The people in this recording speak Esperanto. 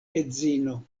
edzino